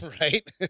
Right